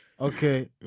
Okay